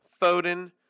Foden